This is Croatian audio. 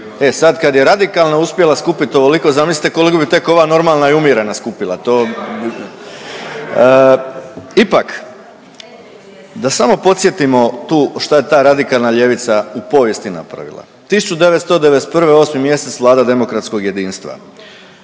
e sad kad je radikalna uspjela skupit ovoliko, zamislite koliko bi tek ova normalna i umjerena skupila, to bi. Ipak, da samo podsjetimo tu šta je ta radikalna ljevica u povijesti napravila. 1991. 8. mjesec Vlada demokratskog jedinstva,